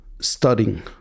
studying